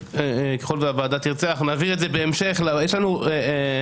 ככל שהוועדה תרצה, נעביר את זה, יש לנו אקסל.